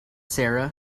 sarah